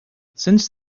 since